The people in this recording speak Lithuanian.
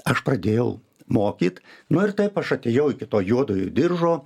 aš pradėjau mokyt nu ir taip aš atėjau iki to juodojo diržo